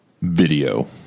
Video